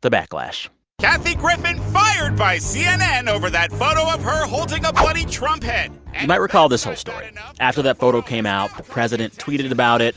the backlash kathy griffin fired by cnn over that photo of her holding a bloody trump head you might recall this whole story. you know after that photo came out, the president tweeted about it.